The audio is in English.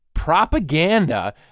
propaganda